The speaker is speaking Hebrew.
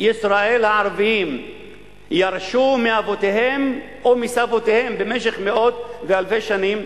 ישראל הערבים ירשו מאבותיהם או מסביהם במשך מאות ואלפי שנים,